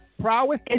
prowess